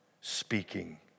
speaking